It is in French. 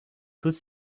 toutes